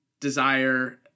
Desire